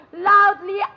loudly